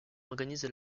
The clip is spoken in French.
organise